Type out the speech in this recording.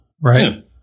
right